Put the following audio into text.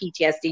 PTSD